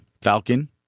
Falcon